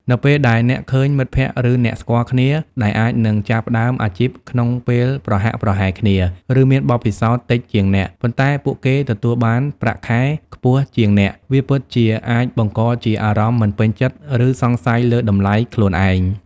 នៅពេលដែលអ្នកឃើញ មិត្តភ័ក្តិ ឬអ្នកស្គាល់គ្នា ដែលអាចនឹងចាប់ផ្ដើមអាជីពក្នុងពេលប្រហាក់ប្រហែលគ្នា ឬមានបទពិសោធន៍តិចជាងអ្នក ប៉ុន្តែពួកគេ ទទួលបានប្រាក់ខែខ្ពស់ជាងអ្នក វាពិតជាអាចបង្កជាអារម្មណ៍មិនពេញចិត្ត ឬសង្ស័យលើតម្លៃខ្លួនឯង។